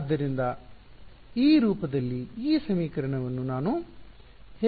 ಆದ್ದರಿಂದ ಈ ರೂಪದಲ್ಲಿ ಈ ಸಮೀಕರಣವನ್ನು ನಾನು ಹೇಗೆ ಪಡೆಯುವುದು